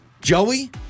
Joey